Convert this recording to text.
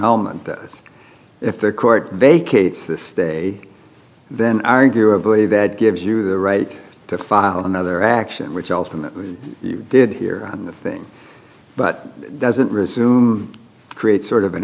element if the court vacates this day then arguably that gives you the right to file another action which ultimately you did hear on the thing but doesn't resume create sort of an